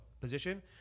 Position